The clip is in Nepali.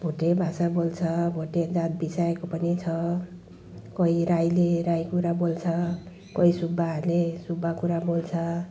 भोटे भाषा बोल्छ भोटे जात विषयको पनि छ कोही राईले राई कुरा बोल्छ कोही सुब्बाले सुब्बा कुरा बोल्छ